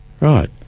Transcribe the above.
right